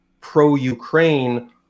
pro-Ukraine